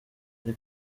ari